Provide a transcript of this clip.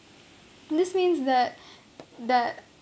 this means that that